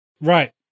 Right